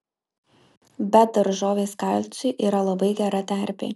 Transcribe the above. bet daržovės kalciui yra labai gera terpė